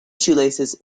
shoelaces